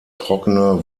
trockene